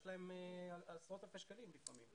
יש להם עשרות אלפי שקלים לפעמים.